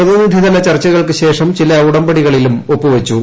പ്രതിനിധിതല ചർച്ചകൾക്കു ശേഷം ചില ഉടമ്പടികളിലും ഒപ്പു വച്ചു